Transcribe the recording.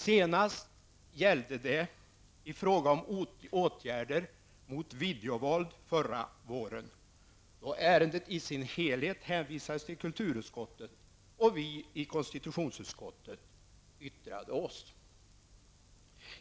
Senast förra våren gällde detta i fråga om åtgärder mot videovåld, då ärendet i sin helhet hänvisades till kulturutskottet, och vi i konstitutionsutskottet yttrade oss.